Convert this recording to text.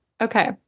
Okay